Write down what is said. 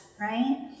right